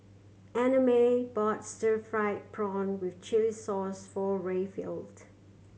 Annamae bought stir fried prawn with chili sauce for Rayfield